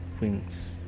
wings